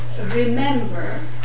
remember